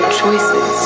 choices